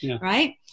right